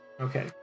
Okay